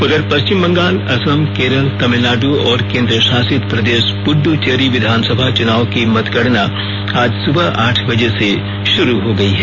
उधर पश्चिम बंगाल असम केरल तमिलनाडु और केन्द्रेशासित प्रदेश पुदुचेरी विधानसभा चुनाव की मतगणना आज सुबह आठ बजे से शुरू हो गयी है